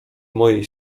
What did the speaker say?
mojej